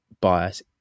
bias